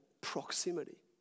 Proximity